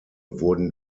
wurden